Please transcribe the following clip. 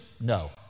No